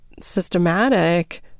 systematic